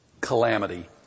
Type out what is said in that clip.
calamity